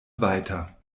weiter